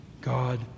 God